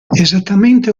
esattamente